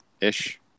ish